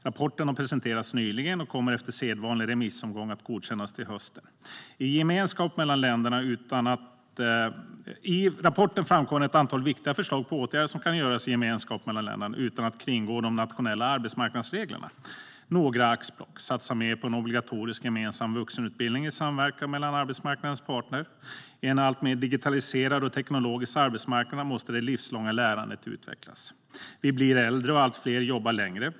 Rapporten har nyligen presenterats och kommer efter sedvanlig remissomgång att godkännas till hösten. I rapporten framkommer ett antal viktiga förslag på åtgärder som kan göras i gemenskap mellan länderna utan att kringgå de nationella arbetsmarknadsreglerna. Några axplock: Satsa mer på en obligatorisk gemensam vuxenutbildning i samverkan mellan arbetsmarknadens parter. På en alltmer digitaliserad och teknologisk arbetsmarknad måste det livslånga lärandet utvecklas. Vi blir äldre, och allt fler jobbar längre.